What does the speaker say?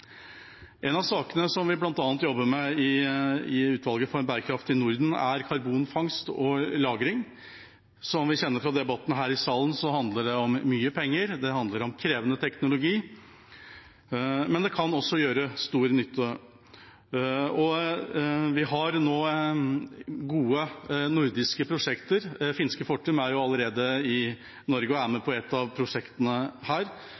En av sakene vi jobber med i Utvalget for et bærekraftig Norden, er karbonfangst og -lagring. Som vi kjenner til fra debatten her i salen, handler det om mye penger, og det handler om krevende teknologi, men det kan også gjøre stor nytte. Vi har nå gode nordiske prosjekter. Finske Fortum er allerede i Norge og er med på et av prosjektene her,